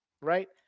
right